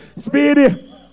Speedy